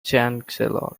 chancellor